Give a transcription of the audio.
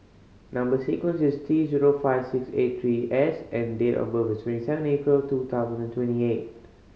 number sequence is T zero five six eight three S and date of birth is twenty seven April two thousand and twenty eight